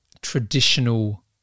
traditional